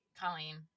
Colleen